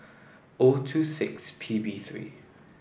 O two six P B three